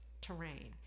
terrain